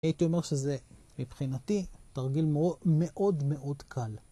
הייתי אומר שזה מבחינתי תרגיל מאוד מאוד קל.